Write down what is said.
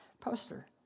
poster